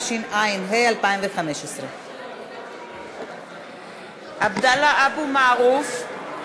התשע"ה 2015. (קוראת